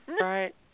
Right